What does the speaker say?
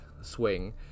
swing